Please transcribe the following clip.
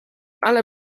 ale